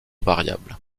variable